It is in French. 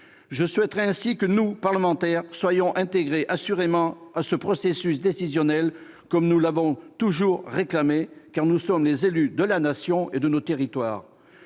Je souhaite ainsi que les parlementaires soient intégrés à ce processus décisionnel, comme nous l'avons toujours réclamé, car nous sommes les élus de la Nation et de nos territoires.